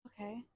Okay